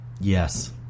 Yes